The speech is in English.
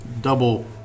Double